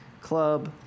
club